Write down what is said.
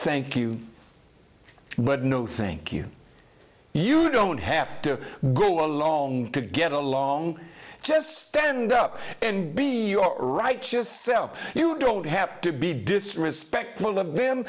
thank you but no think you you don't have to go along to get along just stand up and be your righteous self you don't have to be disrespectful of them